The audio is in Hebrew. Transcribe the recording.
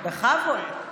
חברים,